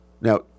Now